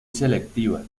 selectiva